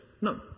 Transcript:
no